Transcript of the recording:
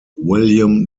william